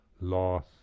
loss